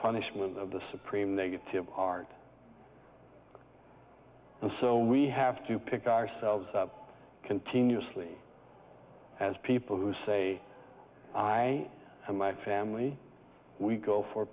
punishment of the supreme negative art and so we have to pick ourselves up continuously as people who say i and my family we go for